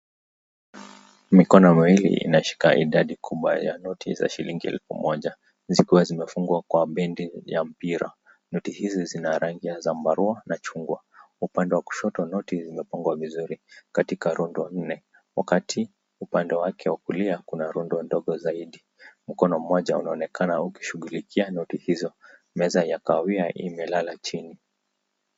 Mikono miwili inashika idadi kubwa ya noti za shilingi elfu moja zikiwa zimefungwa kwa bendi ya mpira. Noti hizi zina rangi ya zambarau na chungwa. Upande wa kushoto noti zimepungwa vizuri katika rundo nne. Wakati upande wake wa kulia kuna rundo ndogo zaidi. Mkono mmoja unaonekana ukishughulikia noti hizo. Meza ya kahawia imelala chini.